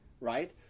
right